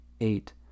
eight